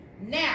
Now